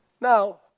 now